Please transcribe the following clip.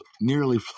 nearly